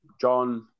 John